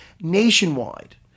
nationwide